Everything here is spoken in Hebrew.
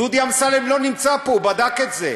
דודי אמסלם לא נמצא פה, הוא בדק את זה,